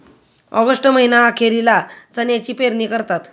August महीना अखेरीला चण्याची पेरणी करतात